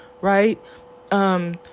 right